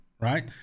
right